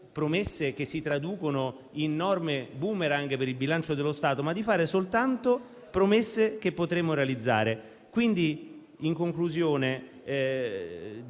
o che si traducono in norme *boomerang* per il bilancio dello Stato, ma di fare soltanto promesse che potremo realizzare. In conclusione,